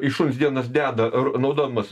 į šuns dienas deda naudodamas